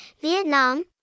Vietnam